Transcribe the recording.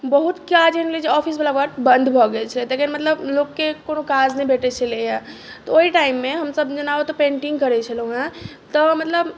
बहुत काज एहन भेलै जे ऑफिस बला वर्क बन्द भऽ गेल छलै तेकर मतलब लोककेँ कओनो काज नहि भेटैत छलैया तऽ ओहि टाइममे हमसब जेना ओतऽ पेन्टिङ्ग करैत छलहुँ हँ तऽ मतलब